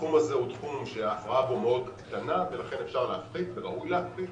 התחום הזה הוא תחום שההפרעה בו מאוד קטנה ולכן אפשר להפחית וראוי להפחית